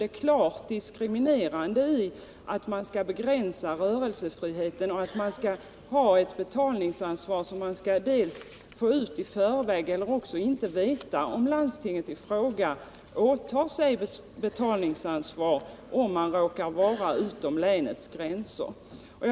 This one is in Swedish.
Det är klart diskriminerande med en sådan begränsning och att betalningsansvaret är sådant att man antingen får en betalningsförbindelse i förväg eller också inte vet om landstinget åtar sig betalningsansvar om man råkar befinna sig utanför länsgränsen.